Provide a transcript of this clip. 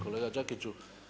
Kolega Đakiću.